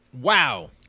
Wow